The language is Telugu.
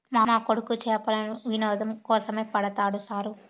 మా కొడుకు చేపలను వినోదం కోసమే పడతాడు సారూ